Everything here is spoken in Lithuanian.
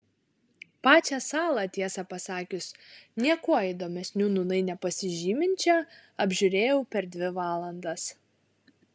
pačią salą tiesą pasakius niekuo įdomesniu nūnai nepasižyminčią apžiūrėjau per dvi valandas